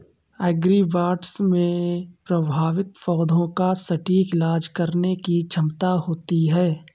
agribots में प्रभावित पौधे का सटीक इलाज करने की क्षमता होती है